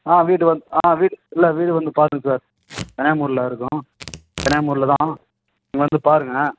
ஆ வீடு வந்து ஆ வீடு இல்லை வீடு வந்து பாருங்க சார் கன்னியாகுமரியில் இருக்கோம் கன்னியாகுமரியில் தான் நீங்கள் வந்து பாருங்க